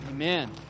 Amen